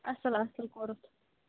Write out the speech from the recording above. اصٕل اصٕل کوٚرٕتھ